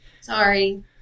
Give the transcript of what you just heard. sorry